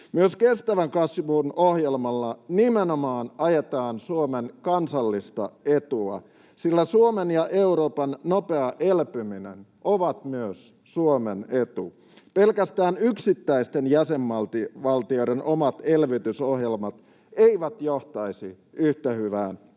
Myös kestävän kasvun ohjelmalla nimenomaan ajetaan Suomen kansallista etua, sillä Suomen ja Euroopan nopea elpyminen on myös Suomen etu. Pelkästään yksittäisten jäsenvaltioiden omat elvytysohjelmat eivät johtaisi yhtä hyvään